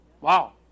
Wow